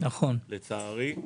לצערי -- נכון.